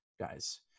guys